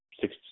Six